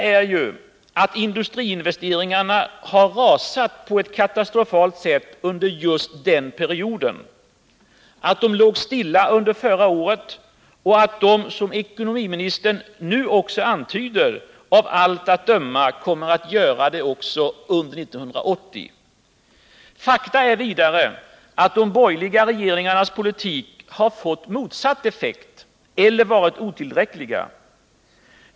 Men fakta är att industriinvesteringarna har rasat på ett katastrofalt sätt under just den perioden, att de låg stilla under förra året och att de, som ekonomiministern nu också antyder, av allt att döma kommer att göra det också under 1980. Fakta är vidare att de borgerliga regeringarnas politik har fått motsatt effekt eller varit otillräcklig.